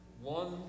one